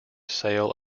sale